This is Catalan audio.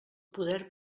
poder